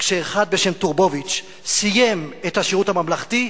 כשאחד בשם טורבוביץ סיים את השירות הממלכתי,